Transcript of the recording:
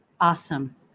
Awesome